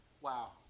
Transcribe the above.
Wow